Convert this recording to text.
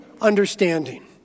understanding